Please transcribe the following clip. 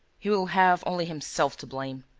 he will have only himself to blame.